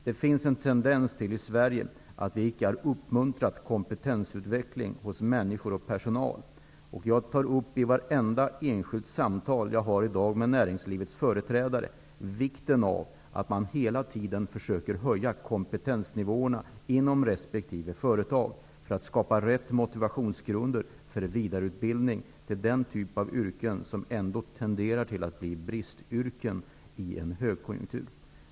Det finns i Sverige en tendens till att inte uppmuntra kompetensutveckling hos människor. Men i varje enskilt samtal som jag i dag för med näringslivets företrädare betonar jag vikten av att man hela tiden försöker höja kompetensnivåerna inom resp. företag för att skapa rätt motivationsgrund för vidareutbildning för den typ av yrken som ändå tenderar att bli bristyrken i en högkonjunktur.